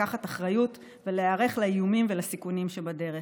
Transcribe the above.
לקחת אחריות ולהיערך לאיומים ולסיכונים שבדרך,